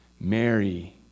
Mary